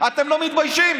אתם לא מתביישים?